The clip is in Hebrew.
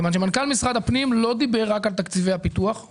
מכיוון שמנכ"ל משרד הפנים לא דיבר רק על תקציבי הפיתוח,